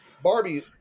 Barbie